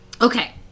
Okay